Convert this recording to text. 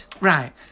Right